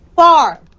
Far